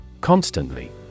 Constantly